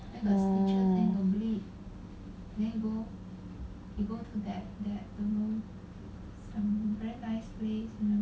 oh